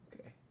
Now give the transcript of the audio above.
Okay